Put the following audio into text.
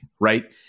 right